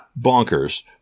bonkers